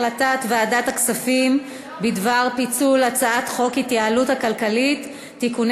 החלטת ועדת הכלכלה בדבר פיצול הצעת חוק התוכנית הכלכלית (תיקוני